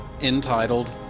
entitled